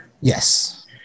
yes